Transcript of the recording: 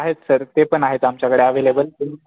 आहेत सर ते पण आहेत आमच्याकडे अवेलेबल